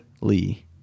Lee